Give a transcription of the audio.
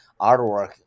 artwork